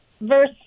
verse